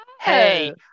hey